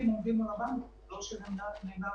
המתאם